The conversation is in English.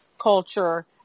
culture